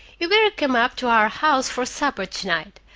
you better come up to our house for supper to-night.